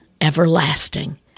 everlasting